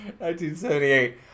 1978